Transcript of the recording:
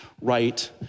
right